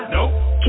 Nope